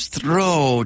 Throw